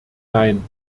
nein